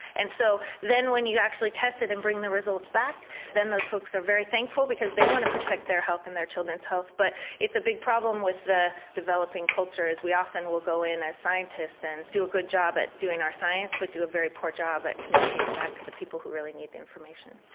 and so then when you actually tested and bring the results back then those folks are very thankful because they want to protect their health and their children's health but it's a big problem with the developing culture as we often will go in as scientists and do a good job at doing our science but do a very poor job at communicating back to the people who really need the information.